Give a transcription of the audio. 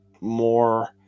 more